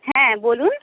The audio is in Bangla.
হ্যাঁ বলুন